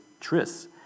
tris